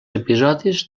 episodis